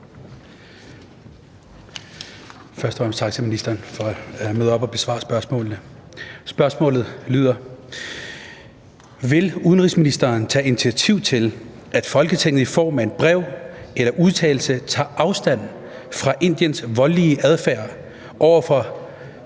tak til ministeren for at møde op og besvare spørgsmålene. Spørgsmålet lyder: Vil udenrigsministeren tage initiativ til, at Folketinget i form af brev eller udtalelse tager afstand fra Indiens voldelige adfærd over for